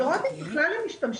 לראות אם הם בכלל משתמשים,